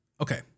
Okay